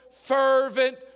fervent